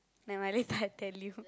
never mind later I tell you